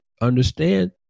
understand